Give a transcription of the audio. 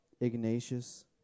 Ignatius